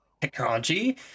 technology